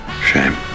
Shame